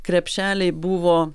krepšeliai buvo